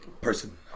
Person